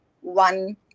one